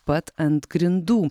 pat ant grindų